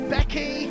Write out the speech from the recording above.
Becky